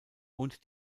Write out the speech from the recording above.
und